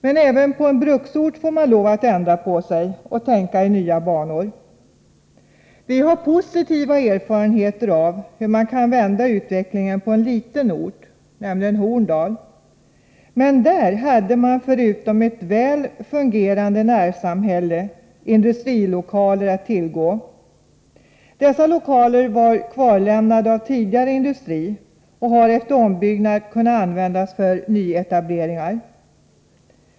Men även på en bruksort får man lov att ändra på sig och tänka i nya banor. Vi har positiva erfarenheter av hur man kan vända en utveckling på en liten ort, nämligen Horndal. Men där hade man förutom ett väl fungerande närsamhälle industrilokaler att tillgå. Dessa lokaler hade kvarlämnats av tidigare industri och har efter ombyggnad kunnat användas för nyetableringar.